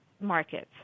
markets